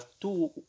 two